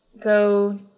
go